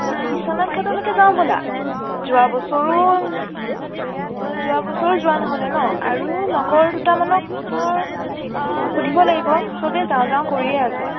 অঁ বিশ্বনাথ ঘাটলৈকে যাওঁ ব'লা যোৱা বছৰো যোৱা বছৰ যোৱা নহ'লে ন আৰু লগৰ দুটামানক মই সুধিব লাগিব চবে যাওঁ যাওঁ কৰিয়ে আছে